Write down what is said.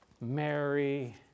Mary